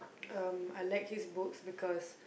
um I like his books because